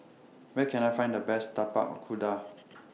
Where Can I Find The Best Tapak Kuda